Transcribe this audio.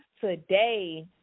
today